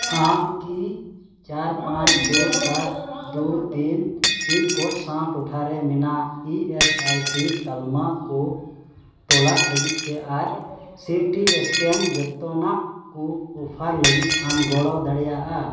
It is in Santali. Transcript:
ᱟᱢᱠᱤ ᱪᱟᱨ ᱯᱟᱸᱪ ᱫᱩ ᱥᱟᱛ ᱫᱩ ᱛᱤᱱ ᱯᱤᱱ ᱠᱳᱰ ᱥᱟᱶ ᱴᱚᱴᱷᱟᱨᱮ ᱢᱮᱱᱟᱜ ᱤ ᱮᱥ ᱟᱭ ᱥᱤ ᱛᱟᱞᱢᱟ ᱠᱚ ᱛᱚᱞᱟᱥ ᱞᱟᱹᱜᱤᱫᱛᱮ ᱟᱨ ᱥᱤᱴᱤ ᱥᱠᱮᱱ ᱡᱷᱚᱛᱚᱱᱟᱜ ᱠᱚ ᱚᱯᱷᱟᱨ ᱞᱟᱹᱜᱤᱫ ᱟᱢ ᱜᱚᱲᱚ ᱫᱟᱲᱮᱭᱟᱜᱼᱟ